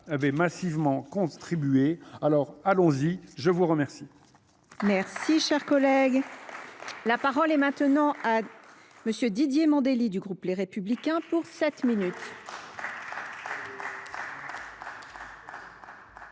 avait massivement contribué. Alors Alors, allons y, je vous remercie Cher collègue. La parole est maintenant à M. Didier Mandela, du groupe Les Républicains, pour 7 min.